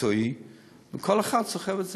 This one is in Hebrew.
מקצועי וכל אחד סוחב את זה.